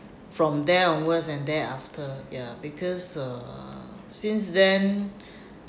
from there onwards and there after ya because uh since then